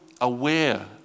aware